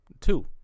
Two